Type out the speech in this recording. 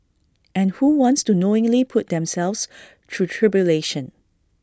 and who wants to knowingly put themselves through tribulation